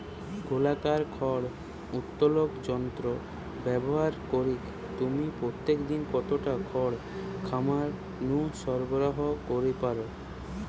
গোলাকার খড় উত্তোলক যন্ত্র ব্যবহার করিকি তুমি প্রতিদিন কতটা খড় খামার নু সরবরাহ করি পার?